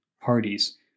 parties